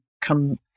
come